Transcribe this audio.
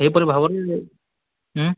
ଏହିପରି ଭାବରେ